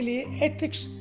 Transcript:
ethics